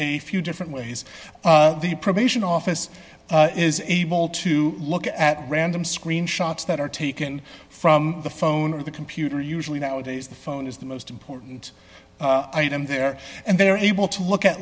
a few different ways the probation office is able to look at random screen shots that are taken from the phone or the computer usually nowadays the phone is the most important item there and they're able to look at